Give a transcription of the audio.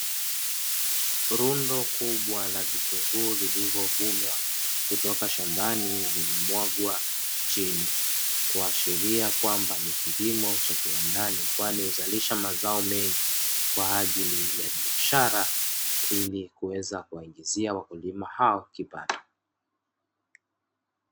Rundo kubwa la vitunguu vilivyovunwa kutoka shambani vimemwangwa chini kuashiria ni kilimo cha kiwandani kwani huzalisha mazao mengi kwa ajili ya biashara ili kuweza kuwaingiza wakulima hao kipato.